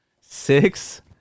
six